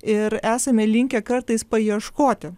ir esame linkę kartais paieškoti